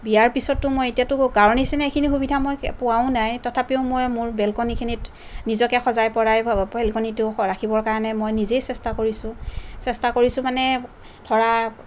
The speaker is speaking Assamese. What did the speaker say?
বিয়াৰ পিছততো মই এতিয়াতো গাঁৱৰ নিচিনা এইখিনি সুবিধা মই পোৱাও নাই তথাপিও মই মোৰ বেলকনিখিনিত নিজকে সজাই পৰাই বেলকনিটো ৰাখিবৰ কাৰণে মই নিজেই চেষ্টা কৰিছোঁ চেষ্টা কৰিছোঁ মানে ধৰা